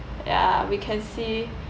ya we can see